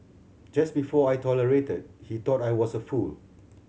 just before I tolerated he thought I was a fool